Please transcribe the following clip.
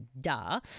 Duh